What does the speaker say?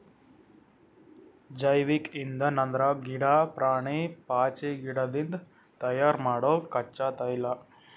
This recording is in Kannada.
ಜೈವಿಕ್ ಇಂಧನ್ ಅಂದ್ರ ಗಿಡಾ, ಪ್ರಾಣಿ, ಪಾಚಿಗಿಡದಿಂದ್ ತಯಾರ್ ಮಾಡೊ ಕಚ್ಚಾ ತೈಲ